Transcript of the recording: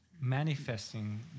manifesting